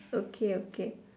okay okay